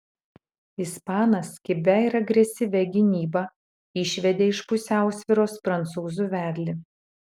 ispanas kibia ir agresyvia gynyba išvedė iš pusiausvyros prancūzų vedlį